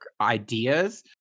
ideas